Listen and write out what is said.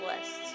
lists